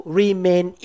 remain